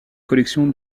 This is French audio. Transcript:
collection